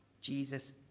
Jesus